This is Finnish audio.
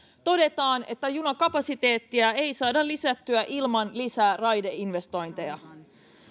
todetaan että junakapasiteettia ei saada lisättyä ilman lisäraideinvestointeja